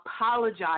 apologize